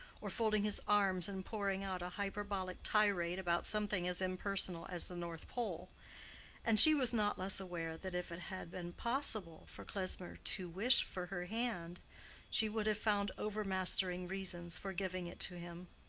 or folding his arms and pouring out a hyperbolical tirade about something as impersonal as the north pole and she was not less aware that if it had been possible for klesmer to wish for her hand she would have found overmastering reasons for giving it to him.